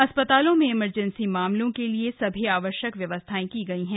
अस्पतालों में इमरजेंसी मामलों के लिए सभी आवश्यक व्यवस्था की गई है